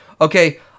Okay